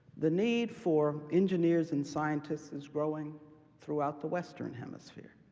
the need for engineers and scientists is growing throughout the western hemisphere.